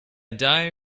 die